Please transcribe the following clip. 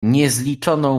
niezliczoną